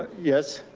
yes?